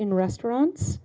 in restaurants